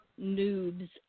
noobs